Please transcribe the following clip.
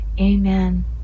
amen